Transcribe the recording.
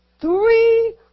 three